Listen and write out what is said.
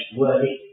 worthy